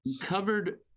covered